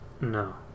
No